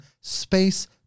space